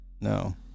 No